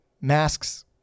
masks